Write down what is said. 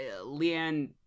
Leanne